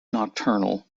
nocturnal